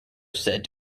said